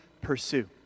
pursue